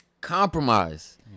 Compromise